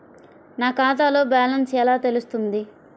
నా ఖాతాలో బ్యాలెన్స్ ఎలా తెలుస్తుంది?